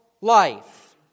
life